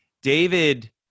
david